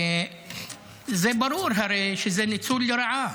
זה הרי ברור שזה ניצול לרעה.